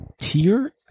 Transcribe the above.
tier